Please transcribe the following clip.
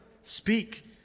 Speak